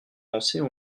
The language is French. danser